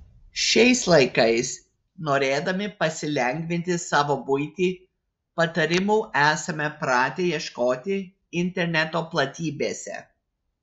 šiais laikais norėdami pasilengvinti savo buitį patarimų esame pratę ieškoti interneto platybėse